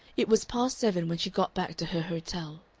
it was past seven when she got back to her hotel.